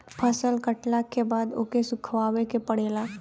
फसल कटला के बाद ओके सुखावे के पड़ेला